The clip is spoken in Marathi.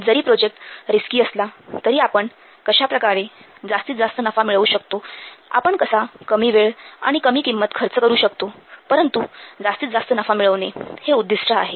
जरी प्रोजेक्ट रिस्की असला तरी आपण कशाप्रकारे जास्तीत जास्त नफा मिळवू शकतो आपण कसा कमी वेळ आणि कमी किंमत खर्च करू शकतो परंतु जास्तीत जास्त नफा मिळविणे हे उद्दीष्ट आहे